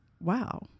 wow